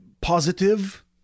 Positive